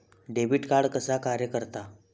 Debit card कसा कार्य करता?